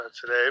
today